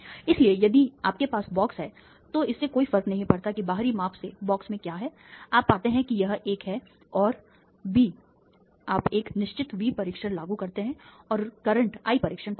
इसलिए यदि आपके पास बॉक्स है तो इससे कोई फर्क नहीं पड़ता कि बाहरी माप से बॉक्स में क्या है आप पाते हैं कि यह एक है और बी आप एक निश्चित वी परीक्षण लागू करते हैं और वर्तमान I परीक्षण पाते हैं